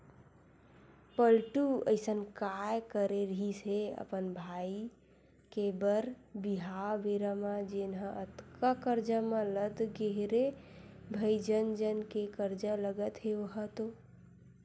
पलटू अइसन काय करे रिहिस हे अपन भाई के बर बिहाव बेरा म जेनहा अतका करजा म लद गे हे रे भई जन जन के करजा लगत हे ओहा तो